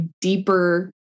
deeper